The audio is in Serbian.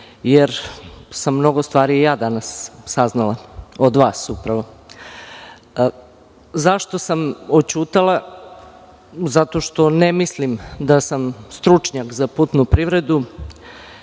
jer sam mnogo stvari i ja danas saznala od vas upravo. Zašto sam oćutala? Zato što ne mislim da sam stručnjak za putnu privredu